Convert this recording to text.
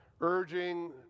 urging